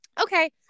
Okay